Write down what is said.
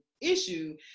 issue